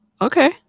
okay